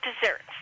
desserts